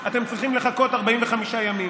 אתם צריכים לחכות 45 ימים.